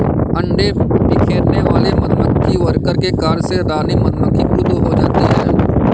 अंडे बिखेरने वाले मधुमक्खी वर्कर के कार्य से रानी मधुमक्खी क्रुद्ध हो जाती है